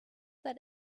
that